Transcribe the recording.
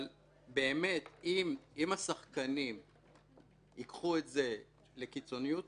אם השחקנים ייקחו את זה לקיצוניות,